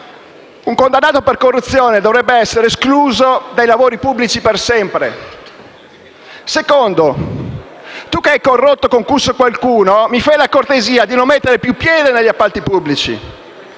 "un condannato per corruzione dovrebbe essere escluso dal giro dei lavori pubblici per sempre". In secondo luogo, "tu che hai corrotto o concusso qualcuno, mi fai la cortesia di non mettere più piede negli appalti pubblici".